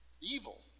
evil